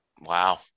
Wow